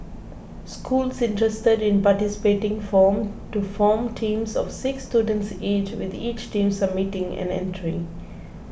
schools interested in participating form to form teams of six students each with each team submitting an entry